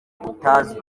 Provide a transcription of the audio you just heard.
utabizi